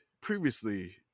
previously